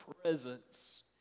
presence